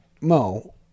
Mo